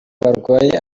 barwaye